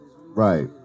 Right